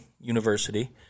university